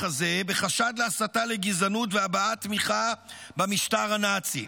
הזה בחשד להסתה לגזענות והבעת תמיכה במשטר הנאצי.